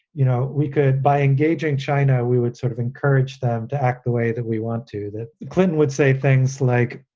you know, we could by engaging china, we would sort of encourage them to act the way that we want to. clinton would say things like,